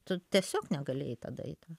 tu tiesiog negalėji tada į tą